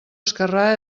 esquerrà